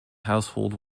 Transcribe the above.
household